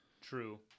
true